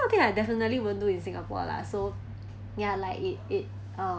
I think I definitely won't do in singapore lah so ya like it it uh